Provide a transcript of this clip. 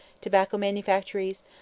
tobacco-manufactories